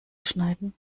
schneiden